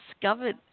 discovered